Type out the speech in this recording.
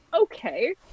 okay